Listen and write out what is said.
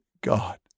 God